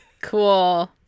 cool